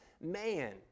man